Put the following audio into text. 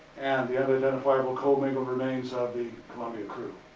and the unidentifiable commingled remains of the columbia crew.